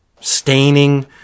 staining